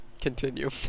Continue